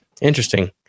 Interesting